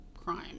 crime